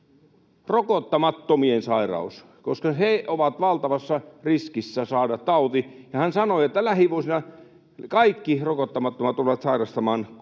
rokottamattomien sairaus — koska he ovat valtavassa riskissä saada taudin, ja hän sanoi, että lähivuosina kaikki rokottamattomat tulevat sairastamaan koronan.